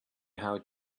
how